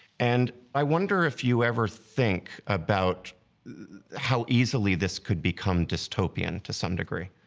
and i wonder if you ever think about how easily this could become dystopian to some degree?